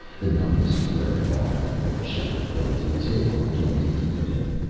the numbness was wearing off, and the shattered bones in his hip were beginning to eat at him.